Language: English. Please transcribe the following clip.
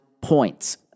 points